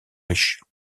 riches